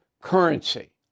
currency